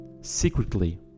Secretly